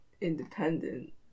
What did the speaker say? independent